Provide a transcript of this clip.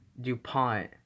DuPont